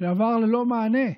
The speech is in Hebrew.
שעבר ללא מענה.